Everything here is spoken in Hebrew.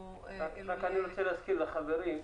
אם --- רק אני רוצה להזכיר לחברים,